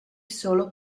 solo